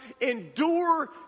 endure